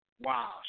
wow